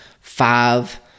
five